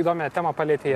įdomią temą palietė